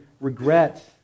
regret